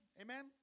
Amen